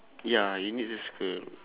ya you need to circle